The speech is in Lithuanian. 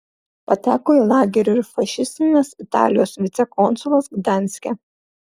pateko į lagerį ir fašistinės italijos vicekonsulas gdanske